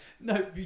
No